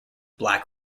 black